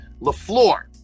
LaFleur